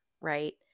right